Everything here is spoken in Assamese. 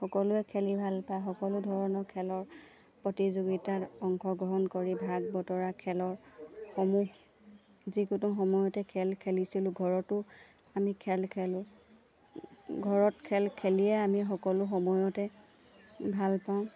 সকলোৱে খেলি ভাল পায় সকলো ধৰণৰ খেলৰ প্ৰতিযোগিতাত অংশগ্ৰহণ কৰি ভাগ বতৰা খেলৰসমূহ যিকোনো সময়তে খেল খেলিছিলোঁ ঘৰতো আমি খেল খেলোঁ ঘৰত খেল খেলিয়ে আমি সকলো সময়তে ভাল পাওঁ